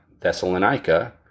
Thessalonica